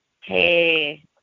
Hey